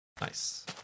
Nice